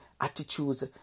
attitudes